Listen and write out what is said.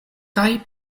kaj